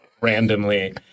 randomly